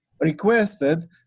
requested